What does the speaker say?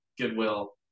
goodwill